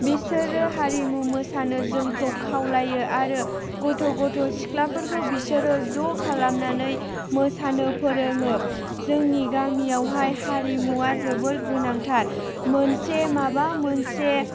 बिसोरो हारिमु मोसानो जोंखौ खावलायो आरो गथ' गथ' सिख्लाफोरखौ बिसोरो ज' खालामनानै मोसानो फोरोङो जोंनि गामियावहाय हारिमुआ जोबोर गोनांथार मोनसे माबा मोनसे